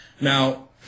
Now